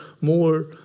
more